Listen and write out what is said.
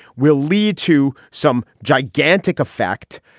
will lead to some gigantic effect.